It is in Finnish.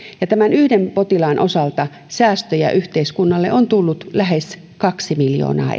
tämän yhden potilaan osalta säästöjä yhteiskunnalle on tullut lähes kaksi miljoonaa